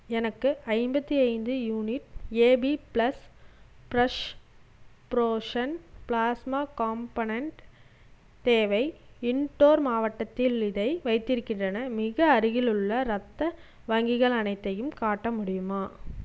எனக்கு ஐம்பத்தி ஐந்து unit AB plus fresh frozen plasma component தேவை இண்டோர் மாவட்டத்தில் இதை வைத்திருக்கின்றன மிக அருகில் உள்ள ரத்த வங்கிகள் அனைத்தையும் காட்ட முடியுமா